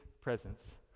presence